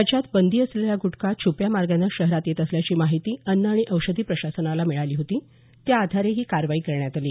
राज्यात बंदी असलेला गुटखा छुप्या मार्गानं शहरात येत असल्याची माहिती अन्न आणि औषधी प्रशासनाला मिळाली होती त्याआधारे ही कारवाई करण्यात आली